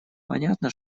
понятно